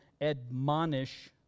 admonish